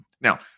Now